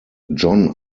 john